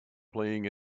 playing